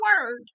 word